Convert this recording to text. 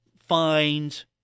fines